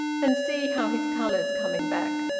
and see how his colour's coming back!